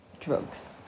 drugs